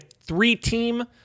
three-team